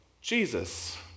Jesus